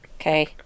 okay